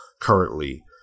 currently